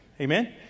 Amen